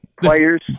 players